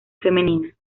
femenina